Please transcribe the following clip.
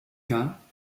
cas